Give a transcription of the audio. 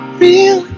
real